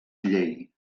llei